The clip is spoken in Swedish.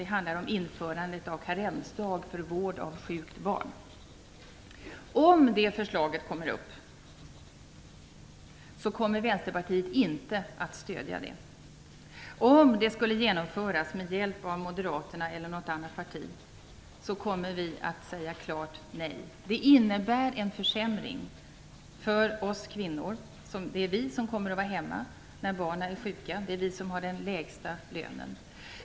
Det handlar om införandet av karensdag för vård av sjukt barn. Om det förslaget kommer upp, kommer Vänsterpartiet inte att stödja det. Om det skulle genomföras med hjälp av Moderaterna eller något annat parti, kommer vi att säga klart nej. Det innebär en försämring för oss kvinnor. Det är vi som kommer att vara hemma när barnen är sjuka. Det är vi som har den lägsta lönen.